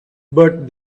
but